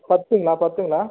பத்துங்களா பத்துங்களா